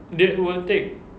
that will take